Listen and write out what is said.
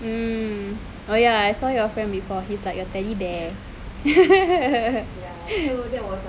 mm oh ya I saw your friend before he's like a teddy bear